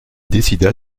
décida